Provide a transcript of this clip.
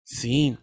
sim